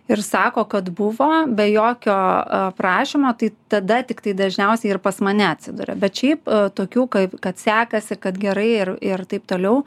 ir sako kad buvo be jokio prašymo tai tada tiktai dažniausiai ir pas mane atsiduria bet šiaip tokių kai kad sekasi kad gerai ir ir taip toliau